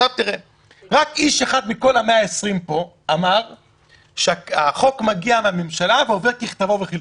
רק איש אחד מכל ה-120 פה אמר שהחוק מגיע מהממשלה ועובר ככתבו וכלשונו.